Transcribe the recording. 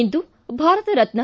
ಇಂದು Bharat Ratna